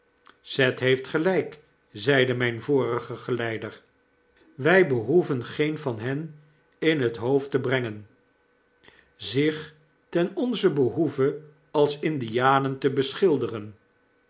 seth heeft gelyk zeide myn vorige geleider v wy behoeven geen van hen in thoofdte brengen zich ten onzen behoeve als indianen te beschilderen